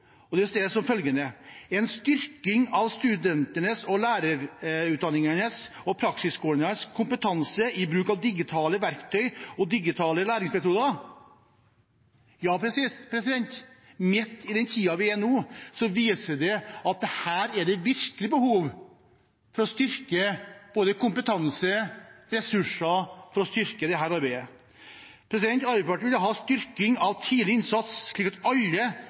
styrking av studentenes, lærerutdanningenes og praksisskolenes kompetanse i bruk av digitale verktøy og digitale læringsmetoder». Tiden vi er inne i nå, viser at det virkelig er behov for å styrke både kompetanse og ressurser, å styrke dette arbeidet. Arbeiderpartiet vil ha styrking av tidlig innsats, slik at alle